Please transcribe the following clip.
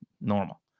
normal